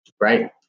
Right